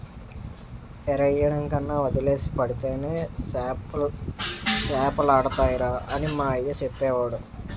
ఎరెయ్యడం కన్నా వలేసి పడితేనే సేపలడతాయిరా అని మా అయ్య సెప్పేవోడు